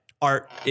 art